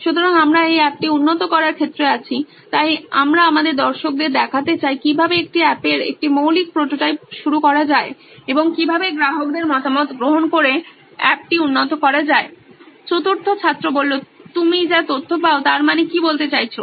সুতরাং আমরা এই অ্যাপটি উন্নত করার ক্ষেত্রে আছি তাই আমরা আমাদের দর্শকদের দেখাতে চাই কিভাবে একটি অ্যাপের একটি মৌলিক প্রোটোটাইপ শুরু করা যায় এবং কিভাবে গ্রাহকদের মতামত গ্রহণ করে অ্যাপটি উন্নত করা যায় চতুর্থ ছাত্র তুমি যা তথ্য পাও তার মানে কি বলতে চাইছো